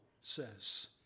says